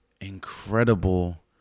incredible